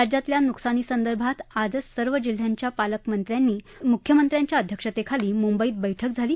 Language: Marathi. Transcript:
राज्यातल्या नुकसानीसंदर्भात आजचं सर्व जिल्ह्यांच्या पालकमंत्र्यांनी मुख्यमंत्र्यांच्या अध्यक्षतेखाली मुंबईत बैठक झाली